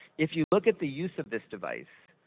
if you look at the use of this device,